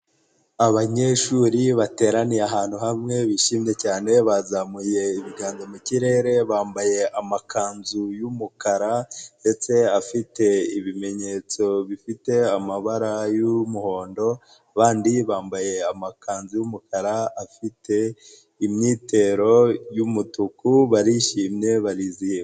Abanyeshuri bateraniye ahantu hamwe bishimye cyane, bazamuye ibiganza mu kirere, bambaye amakanzu y'umukara ndetse afite ibimenyetso bifite amabara y'umuhondo, abandi bambaye amakanzu y'umukara afite imyitero y'umutuku barishimye barizihiwe.